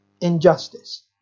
injustice